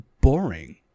boring